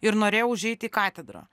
ir norėjau užeit į katedrą